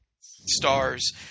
stars